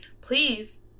please